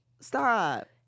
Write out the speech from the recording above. stop